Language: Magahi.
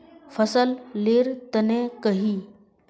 फसल लेर तने कहिए?